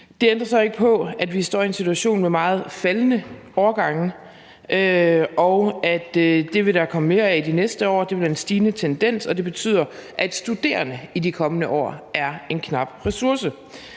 Det ændrer så ikke på, at vi står i en situation med meget faldende årgange, og at der vil komme mere af det de næste år; det vil være en stigende tendens, og det betyder, at studerende i de kommende år er en knap ressource.